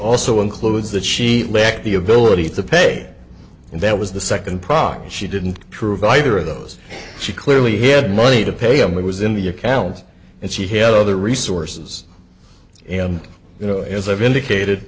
also includes that she lacked the ability to pay and that was the second proc she didn't prove either of those she clearly had money to pay him what was in the account and she had other resources you know as i've indicated